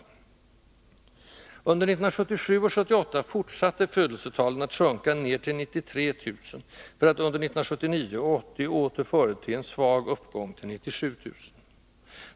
Under 1977 och 1978 fortsatte födelsetalen att sjunka ned till 93 000 för att under 1979 och 1980 åter förete en svag uppgång till 97 000.